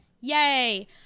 Yay